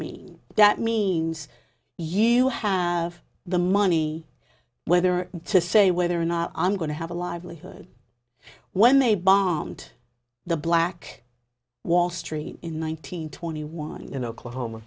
mean that means you have the money whether to say whether or not i'm going to have a livelihood when they bombed the black wall street in one nine hundred twenty one in oklahoma